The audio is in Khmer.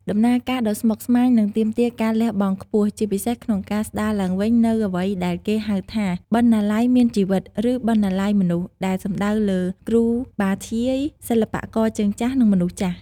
ដំណើរការដ៏ស្មុគស្មាញ និងទាមទារការលះបង់ខ្ពស់ ជាពិសេសក្នុងការស្តារឡើងវិញនូវអ្វីដែលគេហៅថា "បណ្ណាល័យមានជីវិត" ឬ "បណ្ណាល័យមនុស្ស" ដែលសំដៅលើ គ្រូបាធ្យាយ សិល្បករជើងចាស់ និងមនុស្សចាស់។